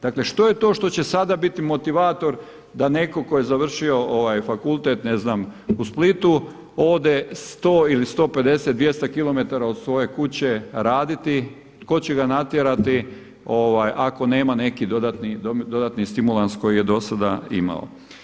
Dakle što je to što će sada biti motivator da netko tko je završio fakultet ne znam u Splitu ode 100 ili 150, 200 km od svoje kuće raditi, tko će ga natjerati ako nema neki dodatni stimulans koji je do sada imao.